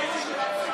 אדוני היושב-ראש,